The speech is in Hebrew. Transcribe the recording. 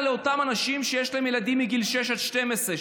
לאותם אנשים שיש להם ילדים מגיל שש עד 12,